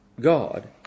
God